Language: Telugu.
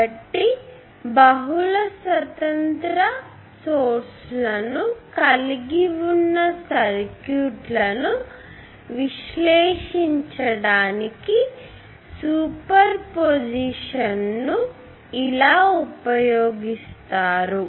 కాబట్టి బహుళ స్వతంత్ర మూలలను కలిగి ఉన్న సర్క్యూట్లను విశ్లేషించడానికి సూపర్ పొజిషన్ను ఇలా ఉపయోగిస్తున్నారు